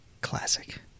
Classic